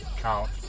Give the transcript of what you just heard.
count